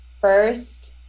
first